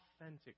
authentic